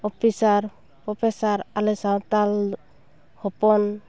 ᱚᱯᱤᱥᱟᱨ professor ᱟᱞᱮ ᱥᱟᱶᱛᱟᱞ ᱦᱚᱯᱚᱱ